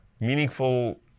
meaningful